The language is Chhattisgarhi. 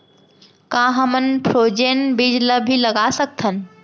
का हमन फ्रोजेन बीज ला भी लगा सकथन?